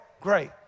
great